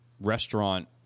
restaurant